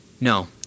No